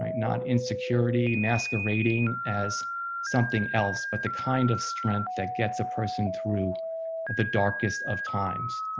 um not insecurity masquerading as something else, but the kind of strength that gets a person through the darkest of times.